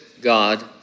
God